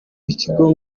w’ikigo